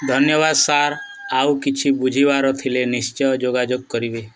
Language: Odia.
ଧନ୍ୟବାଦ ସାର୍ ଆଉ କିଛି ବୁଝିବାର ଥିଲେ ନିଶ୍ଚୟ ଯୋଗାଯୋଗ କରିବେ